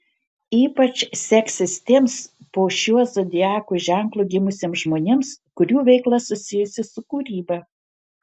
ypač seksis tiems po šiuo zodiako ženklu gimusiems žmonėms kurių veikla susijusi su kūryba